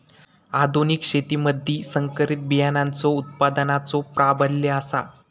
आधुनिक शेतीमधि संकरित बियाणांचो उत्पादनाचो प्राबल्य आसा